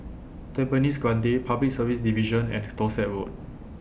Tampines Grande Public Service Division and Dorset Road